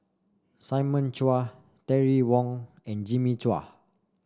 Simon Chua Terry Wong and Jimmy Chua